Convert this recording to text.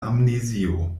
amnezio